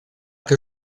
que